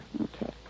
Okay